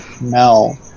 mel